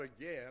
again